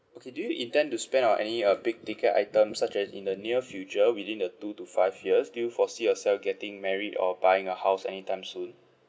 okay do you intend to spend on any uh big ticket items such as in the near future within the two to five years do you foresee yourself getting married or buying a house anytime soon